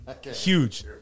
huge